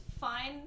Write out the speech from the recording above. fine